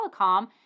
Telecom